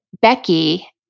Becky